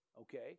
okay